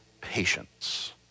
patience